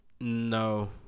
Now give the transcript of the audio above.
no